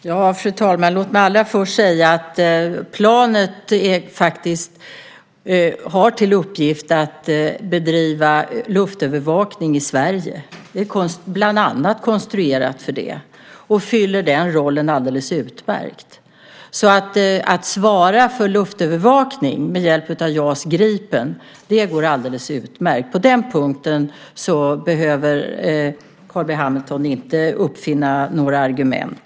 Fru talman! Låt mig först säga att planet har till uppgift att bedriva luftövervakning i Sverige. Det är konstruerat bland annat för det och fyller den rollen alldeles utmärkt. Att svara för luftövervakning med hjälp av JAS Gripen går alldeles utmärkt. På den punkten behöver Carl B Hamilton inte uppfinna några argument.